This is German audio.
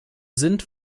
sind